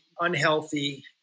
unhealthy